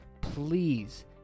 please